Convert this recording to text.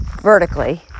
vertically